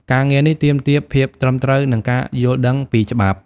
ការងារនេះទាមទារភាពត្រឹមត្រូវ និងការយល់ដឹងពីច្បាប់។